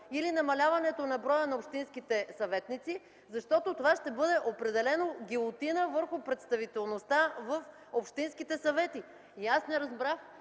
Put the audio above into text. или намаляването на броя на общинските съветници, защото това ще бъде гилотина върху представителността в общинските съвети. Господин